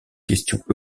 questions